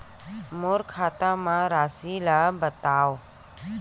मोर खाता म राशि ल बताओ?